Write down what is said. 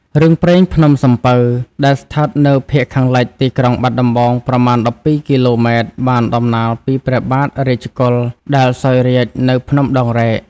រឿងព្រេងភ្នំសំពៅ ដែលស្ថិតនៅភាគខាងលិចទីក្រុងបាត់ដំបង ប្រមាណ ១២ គីឡូម៉ែត្រ បានដំណាលពីព្រះបាទរាជកុល ដែលសោយរាជ្យនៅភ្នំដងរែក។